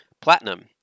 Platinum